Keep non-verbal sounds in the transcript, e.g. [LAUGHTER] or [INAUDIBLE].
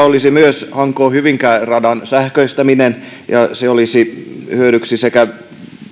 [UNINTELLIGIBLE] olisi myös hanko hyvinkää radan sähköistäminen se olisi hyödyksi sekä